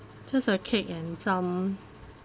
just a cake and some